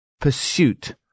Pursuit